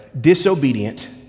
disobedient